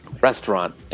restaurant